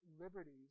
liberties